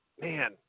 Man